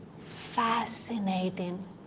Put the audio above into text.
fascinating